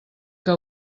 que